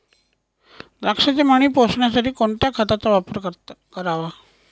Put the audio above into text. द्राक्षाचे मणी पोसण्यासाठी कोणत्या खताचा वापर करावा?